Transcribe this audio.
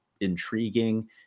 intriguing